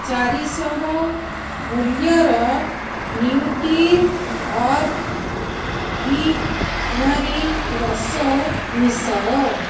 ଚାରିଶହ ମୂଲ୍ୟର Nutriorg ଘିକୁଆଁରୀ ରସ ମିଶାଅ